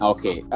Okay